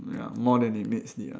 ya more than it meets the eye